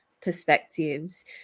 perspectives